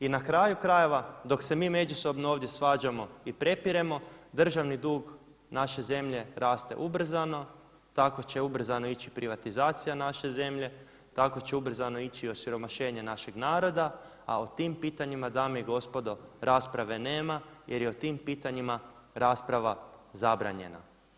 I na kraju krajeva dok se mi međusobno ovdje svađamo i prepiremo državni dug naše zemlje raste ubrzano tako će ubrzano ići i privatizacija naše zemlje, tako će ubrzano ići i osiromašenje našeg naroda, a o tim pitanjima dame i gospodo rasprave nema jer je o tim pitanjima rasprava zabranjena.